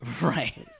Right